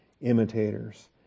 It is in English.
imitators